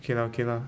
K lah K lah